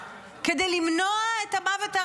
כדי למנוע את המוות,